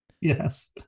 yes